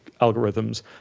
algorithms